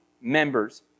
members